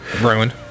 ruined